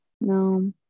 No